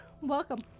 welcome